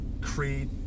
create